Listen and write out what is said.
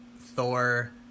Thor